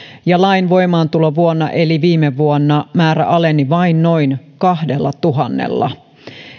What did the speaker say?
ja lain voimaantulovuonna eli viime vuonna määrä aleni vain noin kahdellatuhannella